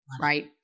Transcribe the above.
Right